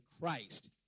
Christ